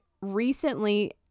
recently